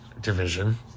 Division